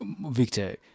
Victor